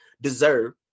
deserve